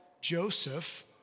Joseph